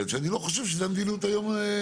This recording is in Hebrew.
כאלה.